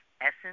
essence